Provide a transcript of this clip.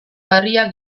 kuadrilla